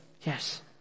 Yes